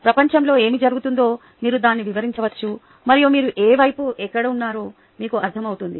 ప్రపంచంలో ఏమి జరుగుతుందో మీరు దీన్ని వివరించవచ్చు మరియు మీరు ఎ వైపు ఎక్కడ ఉన్నారో మీకు అర్థం అవుతుంది